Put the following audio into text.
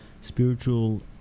Spiritual